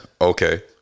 Okay